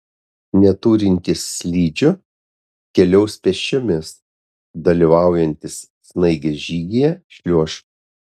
neturintys slidžių keliaus pėsčiomis dalyvaujantys snaigės žygyje šliuoš